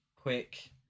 quick